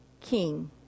king